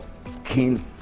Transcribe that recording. skin